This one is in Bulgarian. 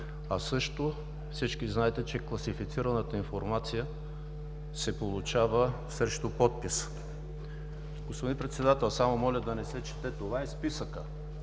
а също така всички знаете, че класифицираната информация се получава срещу подпис. Господин Председател, само моля да не се чете – това е списъкът.